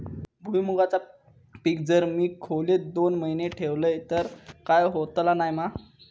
भुईमूगाचा पीक जर मी खोलेत दोन महिने ठेवलंय तर काय होतला नाय ना?